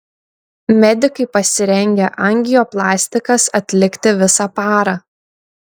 medikai pasirengę angioplastikas atlikti visą parą